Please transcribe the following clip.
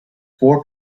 four